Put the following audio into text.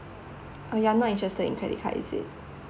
orh you are not interested in credit card is it